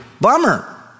Bummer